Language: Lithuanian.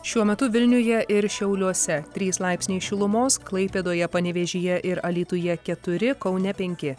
šiuo metu vilniuje ir šiauliuose trys laipsniai šilumos klaipėdoje panevėžyje ir alytuje keturi kaune penki